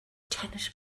tenet